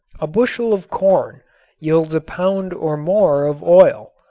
a bushel of corn yields a pound or more of oil.